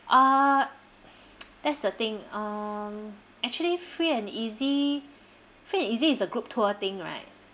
uh that's the thing um actually free and easy free and easy is a group tour thing right